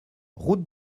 route